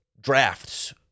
drafts